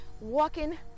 walking